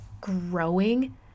growing